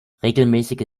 regelmäßige